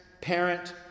parent